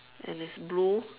and it's blue